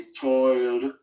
toiled